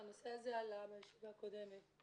הנושא הזה עלה בישיבה הקודמת.